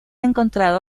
encontrado